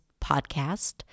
podcast